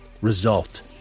Result